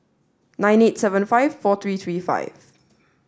nine eight seven five four three three five